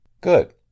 Good